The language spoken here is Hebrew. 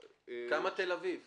כמה תל אביב היום?